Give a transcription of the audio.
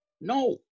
no